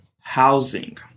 housing